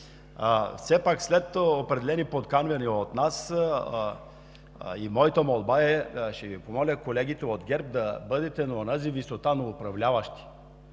Все пак, след определени поканвания от нас, моята молба е: ще помоля колегите от ГЕРБ да бъдете на онази висота на управляващи